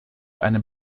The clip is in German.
einem